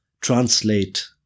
translate